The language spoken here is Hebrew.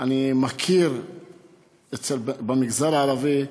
אני מכיר במגזר הערבי,